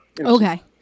Okay